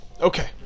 okay